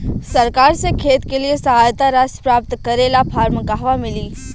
सरकार से खेत के लिए सहायता राशि प्राप्त करे ला फार्म कहवा मिली?